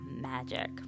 magic